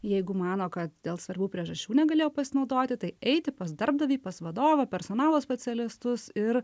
jeigu mano kad dėl svarbių priežasčių negalėjo pasinaudoti tai eiti pas darbdavį pas vadovą personalo specialistus ir